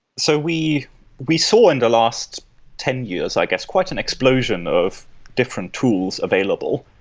so we we saw in the last ten years, i guess, quite an explosion of different tools available.